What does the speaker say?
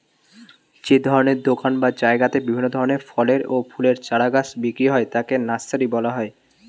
যে দোকান বা জায়গাতে বিভিন্ন ধরনের ফলের ও ফুলের চারা গাছ বিক্রি হয় তাকে নার্সারি বলা হয়